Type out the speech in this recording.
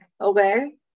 okay